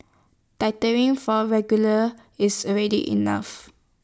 from regular is already enough